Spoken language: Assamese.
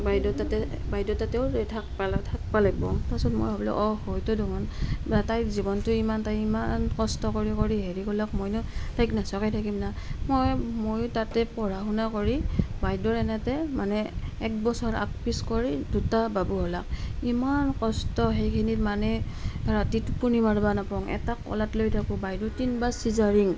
বাইদেউ তাতে বাইদেউ তাতেও যাই থাকিব থাকিব লাগিব তাৰপিছত মই ভাবিলো অহ হয়তো দেখোন বা তাইৰ জীৱনটোৱে ইমান তাই ইমান কষ্ট কৰি কৰি হেৰি কৰলাক মইনো তাইক নোচোৱাকৈ থাকিম নে মই মই তাতে পঢ়া শুনা কৰি বাইদেউৰ এনেতে মানে এক বছৰ আগ পিছ কৰি দুটা বাবু হ'লাক ইমান কষ্ট সেইকেইদিন মানে ৰাতি টোপনি মাৰিব নাপাওঁ এটা কোলাত লৈ থাকোঁ বাইদেউৰ তিনিবাৰ চিজাৰিং